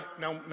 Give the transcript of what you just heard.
now